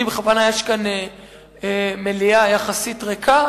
יש כאן מליאה יחסית ריקה,